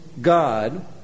God